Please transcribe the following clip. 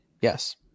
Yes